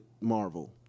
Marvel